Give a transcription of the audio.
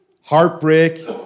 heartbreak